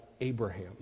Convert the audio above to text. Abraham